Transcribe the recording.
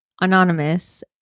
Anonymous